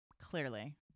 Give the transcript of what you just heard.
Clearly